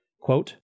Quote